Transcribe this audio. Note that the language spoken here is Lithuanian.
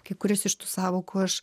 kai kuris iš tų sąvokų aš